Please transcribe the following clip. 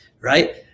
right